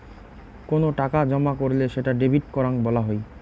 কোনো টাকা জমা করলে সেটা ডেবিট করাং বলা হই